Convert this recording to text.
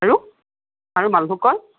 আৰু আৰু মালভোগ কল